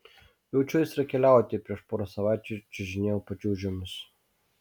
jaučiu aistrą keliauti prieš porą savaičių čiuožinėjau pačiūžomis